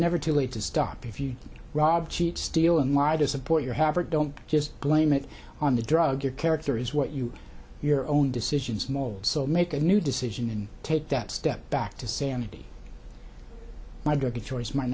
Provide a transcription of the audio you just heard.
never too late to stop if you rob cheat steal and lie to support your habit don't just blame it on the drug your character is what you your own decisions more so make a new decision and take that step back to sanity my drug of choice might